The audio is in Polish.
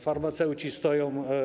Farmaceuci stoją.